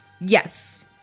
Yes